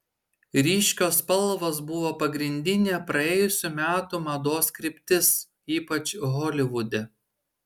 ryškios spalvos buvo pagrindinė praėjusių metų mados kryptis ypač holivude